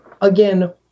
again